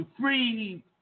free